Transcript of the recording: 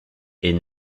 est